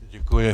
Děkuji.